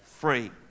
free